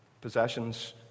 Possessions